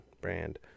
brand